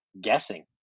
guessing